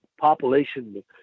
population